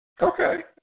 Okay